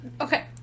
okay